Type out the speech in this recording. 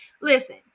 listen